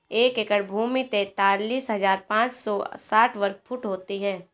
एक एकड़ भूमि तैंतालीस हज़ार पांच सौ साठ वर्ग फुट होती है